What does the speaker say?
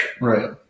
right